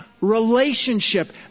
relationship